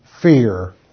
fear